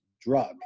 drug